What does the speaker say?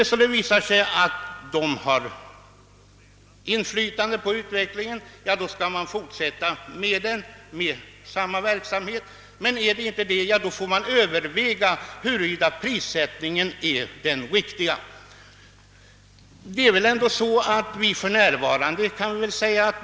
Om det då visar sig att åtgärderna har ett inflytande på utvecklingen, skall vi fortsätta med verksamheten, I annat fall får vi överväga huruvida prissättningen är den riktiga. Vi kan väl också säga att vi har en prispress redan för närvarande.